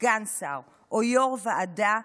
סגן שר או יו"ר ועדה,